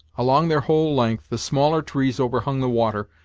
along their whole length, the smaller trees overhung the water,